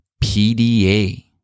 PDA